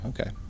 Okay